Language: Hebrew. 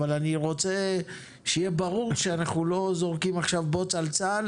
אבל אני רוצה שיהיה ברור שאנחנו לא זורקים עכשיו בוץ על צה"ל